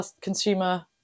consumer